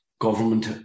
Government